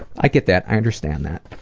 i get that. i understand that.